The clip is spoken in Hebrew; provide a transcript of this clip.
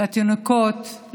לתינוקות,